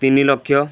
ତିନି ଲକ୍ଷ